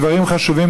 דברים חשובים,